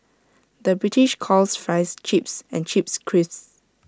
the British calls Fries Chips and Chips Crisps